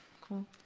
Cool